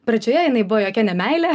pradžioje jinai buvo jokia ne meilė